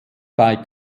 bei